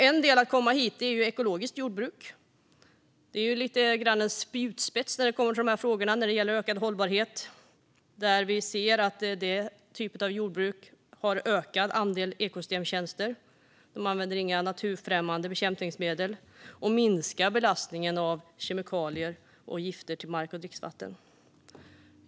En del i att komma dit är ekologiskt jordbruk, som är lite av en spjutspets när det gäller frågorna om ökad hållbarhet. Vi ser att den typen av jordbruk har en ökad andel ekosystemtjänster. Det använder inga naturfrämmande bekämpningsmedel och minskar belastningen av kemikalier och gifter på mark och dricksvatten.